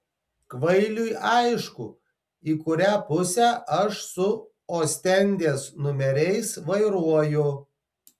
kvailiui aišku į kurią pusę aš su ostendės numeriais vairuoju